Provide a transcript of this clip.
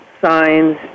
signs